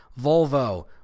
Volvo